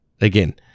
again